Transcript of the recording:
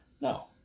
No